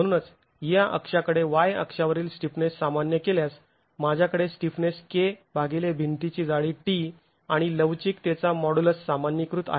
म्हणूनच या अक्षाकडे y अक्षरावरील स्टिफनेस सामान्य केल्यास माझ्याकडे स्टिफनेस k भागिले भिंतीची जाडी t आणि लवचिकतेचा माॅड्यलस सामान्यीकृत आहे